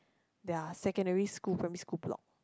their secondary school primary school blog